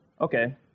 Okay